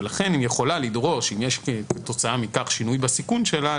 ולכן אם יש כתוצאה מכך שינוי בסיכון שלה,